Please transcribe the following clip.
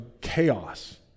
chaos